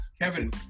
Kevin